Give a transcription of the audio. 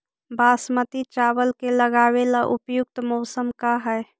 बासमती चावल के लगावे ला उपयुक्त मौसम का है?